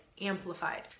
amplified